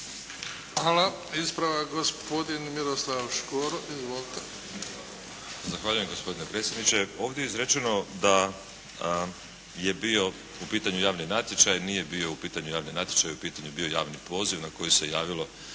Hvala. Ispravak gospodin Miroslav Škoro. Izvolite. **Škoro, Miroslav (HDZ)** Zahvaljujem gospodine predsjedniče. Ovdje je izrečeno da je bio u pitanju javni natječaj. Nije bio u pitanju javni natječaj, u pitanju je bio javni poziv na koji se javilo